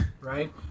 right